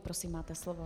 Prosím, máte slovo.